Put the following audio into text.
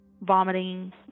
Vomiting